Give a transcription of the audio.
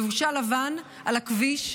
בשקט, לבושה לבן, על הכביש.